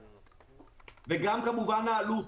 וגם כמובן, העלות.